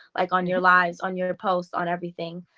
like on your lives, on your posts, on everything.